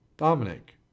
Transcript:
Dominic